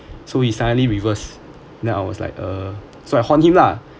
so he suddenly reverse then I was like err so I horned him lah